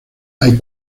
hay